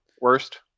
worst